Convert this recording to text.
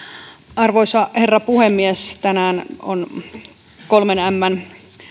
arvoisa herra puhemies tänään on kolmen mn